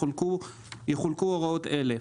יחולו הוראות אלה: